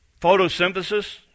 photosynthesis